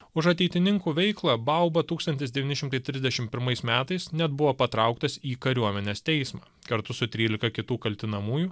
už ateitininkų veiklą bauba tūkstantis devyni šimtai trisdešim pirmais metais net buvo patrauktas į kariuomenės teismą kartu su trylika kitų kaltinamųjų